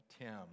Tim